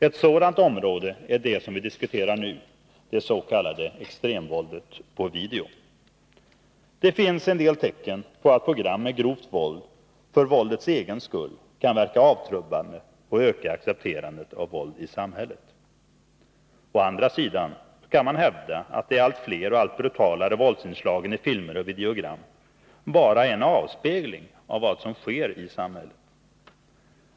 Ett sådant område är det som vi diskuterar nu, det s.k. extremvåldet på video. Det finns en del tecken på att program med grovt våld för våldets egen skull kan verka avtrubbande och öka accepterandet av våld i samhället. Å andra sidan kan man hävda att de allt fler och allt brutalare våldsinslagen i filmer och videogram bara är en avspegling av vad som sker i samhället.